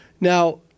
Now